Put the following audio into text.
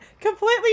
completely